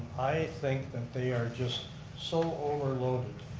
i think that they are just so overloaded